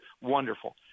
wonderful